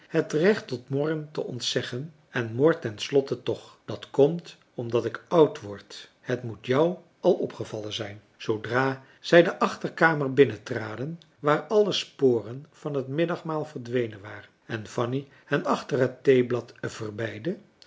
het recht tot morren te ontzeggen en mor ten slotte toch dat komt omdat ik oud word het moet jou al opgevallen zijn zoodra zij de achterkamer binnentraden waar alle sporen van het middagmaal verdwenen waren en fanny hen achter het theeblad